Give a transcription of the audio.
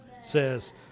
Says